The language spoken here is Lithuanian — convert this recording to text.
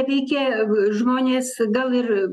reikia žmonės gal ir